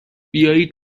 بیایید